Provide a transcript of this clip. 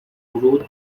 ورود